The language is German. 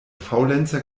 faulenzer